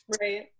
right